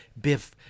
Biff